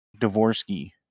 Dvorsky